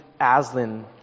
Aslan